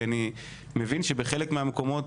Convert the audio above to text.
כי אני מבין שבחלק מהמקומות,